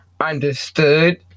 understood